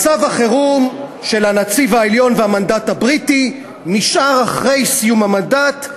מצב החירום של הנציב העליון והמנדט הבריטי נשאר אחרי סיום המנדט,